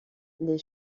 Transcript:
les